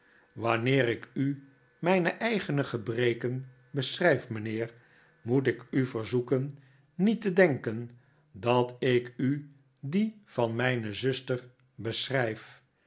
wanneer ik u mijne eigene gebreken beschrijf mijnheer moet ik u verzoeken niet te denken dat ik u die van mijne zuster beschrijf